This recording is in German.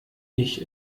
ich